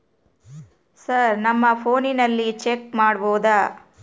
Sir ನಮ್ಮ ಫೋನಿನಲ್ಲಿ check ಮಾಡಬಹುದಾ?